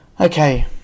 okay